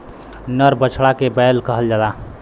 नर बछड़ा के बैल कहल जाला